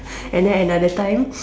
and then another time